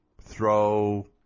throw